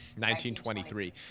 1923